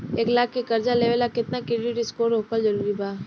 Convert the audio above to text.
एक लाख के कर्जा लेवेला केतना क्रेडिट स्कोर होखल् जरूरी बा?